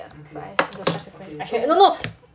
synthesise like that lah no no no